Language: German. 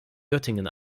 göttingen